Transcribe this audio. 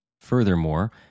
Furthermore